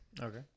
Okay